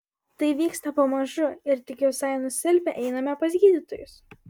tai vyksta pamažu ir tik visai nusilpę einame pas gydytojus